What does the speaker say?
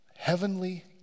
Heavenly